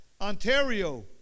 Ontario